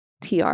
TR